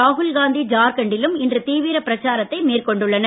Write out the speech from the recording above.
ராகுல் காந்தி ஜார்கன்ட்டிலும் இன்று தீவிர பிரச்சாரத்தை மேற்கொண்டுள்ளனர்